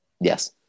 Yes